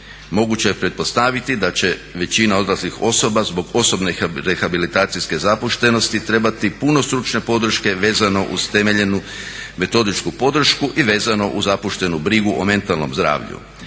Moguće je pretpostaviti da će većina odraslih osoba zbog osobne rehabilitacijske zapuštenosti trebati puno stručno podrške vezano uz temeljenu metodičku podršku i vezano uz zapuštenu brigu o mentalnom zdravlju.